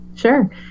Sure